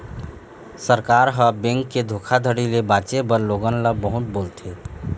सरकार ह, बेंक के धोखाघड़ी ले बाचे बर लोगन ल बहुत बोलथे